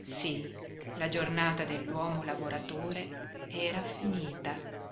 sí la giornata dell'uomo lavoratore era finita